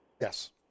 Yes